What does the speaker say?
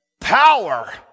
power